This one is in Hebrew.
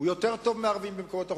הוא יותר טוב ממצב הערבים במקומות אחרים,